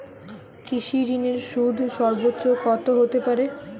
কৃষিঋণের সুদ সর্বোচ্চ কত হতে পারে?